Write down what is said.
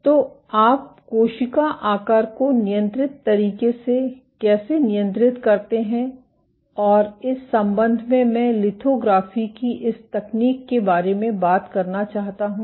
तो आप कोशिका आकार को नियंत्रित तरीके से कैसे नियंत्रित करते हैं और इस संबंध में मैं लिथोग्राफी की इस तकनीक के बारे में बात करना चाहता हूं